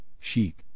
chic